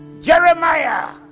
Jeremiah